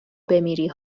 بمیری